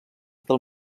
del